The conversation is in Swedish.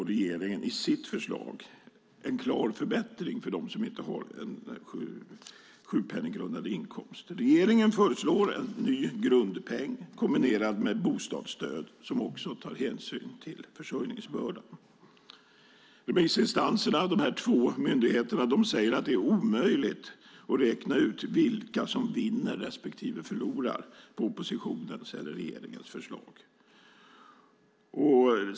Regeringen föreslår en klar förbättring för dem som inte har en sjukpenninggrundande inkomst. Regeringen föreslår en ny grundpeng, kombinerad med bostadsstöd som tar hänsyn till försörjningsbördan. Remissinstanserna - dessa två myndigheter - säger att det är omöjligt att räkna ut vilka som vinner respektive förlorar på oppositionens eller regeringens förslag.